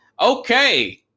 Okay